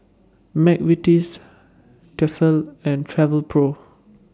Mcvitie's Tefal and Travelpro